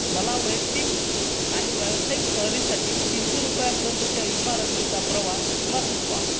मला वैयत्तिक आणि व्यावसायिक सहलीसाठी तीनशे रुपयापरंतच्या विमा रकमेचा प्रवास विमा सुचवा